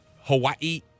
Hawaii